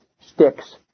sticks